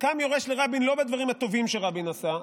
קם יורש לרבין לא בדברים הטובים שרבין עשה,